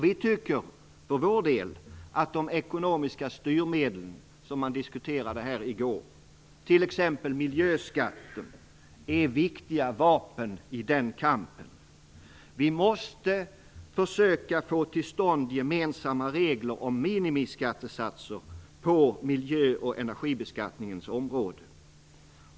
Vi tycker för vår del att de ekonomiska styrmedel som man diskuterade i går, t.ex. miljöskatter, är viktiga vapen i den kampen. Vi måste försöka få till stånd gemensamma regler om minimiskattesatser på miljö och energibeskattningens område.